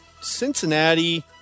Cincinnati